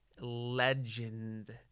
legend